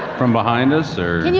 from behind us or?